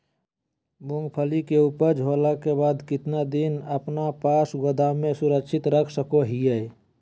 मूंगफली के ऊपज होला के बाद कितना दिन अपना पास गोदाम में सुरक्षित रख सको हीयय?